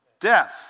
Death